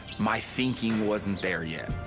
my thinking wasn't there yet.